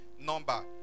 number